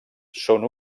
són